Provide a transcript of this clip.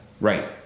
Right